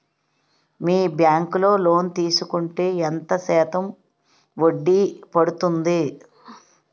మీ bank లో loan తీసుకుంటే ఎంత శాతం వడ్డీ పడ్తుంది?